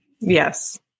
Yes